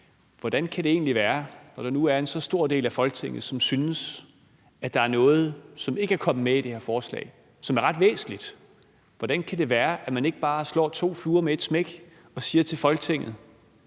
Hvordan kan det egentlig være – når nu der er en så stor del af Folketinget, som synes, at der er noget, som ikke er kommet med i det her forslag, og som er ret væsentligt – at man ikke bare slår to fluer med ét smæk og siger til Folketinget,